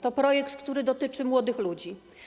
To projekt, który dotyczy młodych ludzi.